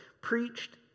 preached